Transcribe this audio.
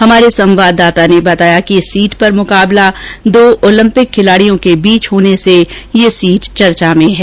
हमारे संवाददाता ने बताया कि इस सीट पर मुकाबला दो ओलंपिक खिलाडियों के बीच होने से ये सीट चर्चा में है